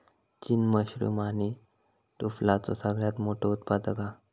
चीन मशरूम आणि टुफलाचो सगळ्यात मोठो उत्पादक हा